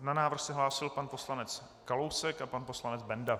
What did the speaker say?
Na návrh se hlásil pan poslanec Kalousek a pan poslanec Benda.